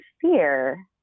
fear